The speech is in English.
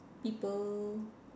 people